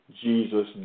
Jesus